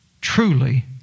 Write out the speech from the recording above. truly